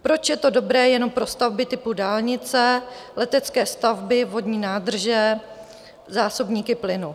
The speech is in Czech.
Proč je to dobré jenom pro stavby typu dálnice, letecké stavby, vodní nádrže, zásobníky plynu?